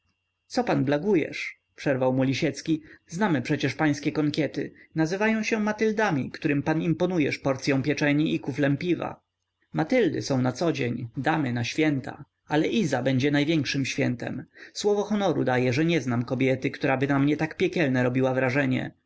co pan blagujesz przerwał mu lisiecki znamy przecie pańskie konkiety nazywają się matyldami którym pan imponujesz porcyą pieczeni i kuflem piwa matyldy są na codzień damy na święta ale iza będzie największem świętem słowo honoru daję że nie znam kobiety któraby na mnie tak piekielne robiła wrażenie